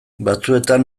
batzuetan